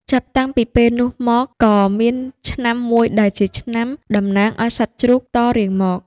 ចាប់តាំងពីពេលលនុះមកក៏មានឆ្នាំមួយដែល ជាឆ្នាំដំណាងអោយសត្វជ្រូកតរៀងមក។